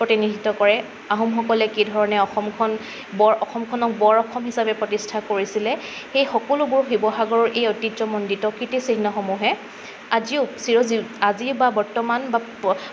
প্ৰতিনিধিত্ব কৰে আহোমসকলে কি ধৰণে অসমখন বৰ অসমখনক বৰ অসম হিচাপে প্ৰতিষ্ঠা কৰিছিলে সেই সকলোবোৰ শিৱসাগৰৰ এই ঐতিহ্যমণ্ডিত কীৰ্তিচিহ্নসমূহে আজিও চিৰ আজিৰ বা বৰ্তমান বা